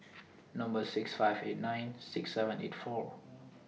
Number six five eight nine six seven eight four